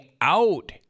out